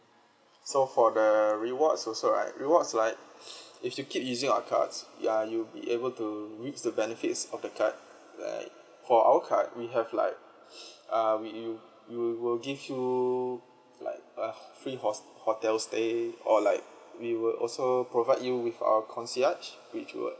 so for the rewards also right rewards right if you keep using our cards ya you'll be able to reaps the benefits of the card right for our card we have like uh we we will give you like uh free host~ hotel stay or like we will also provide you with our concierge which will